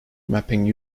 mapping